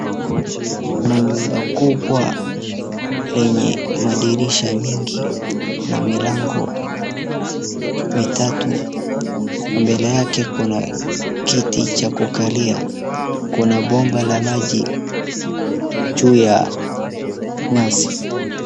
Kuna nyumba kubwa lenye madirisha mingi na milango mitatu. Mbele yake kuna kiti cha kukalia, kuna bomba la maji juu ya nyasi.